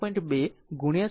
2 ગુણ્યા 0